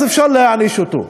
אז אפשר להעניש אותו.